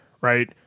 right